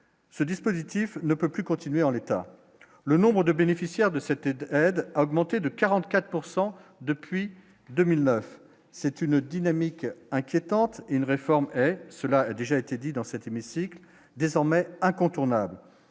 ce dispositif ne peut plus continuer en l'état, le nombre de bénéficiaires de cette aide aide augmenter de 44 pourcent depuis 2009, c'est une dynamique inquiétante, une réforme, cela a déjà été dit dans cet hémicycle désormais incontournable,